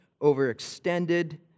overextended